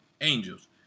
angels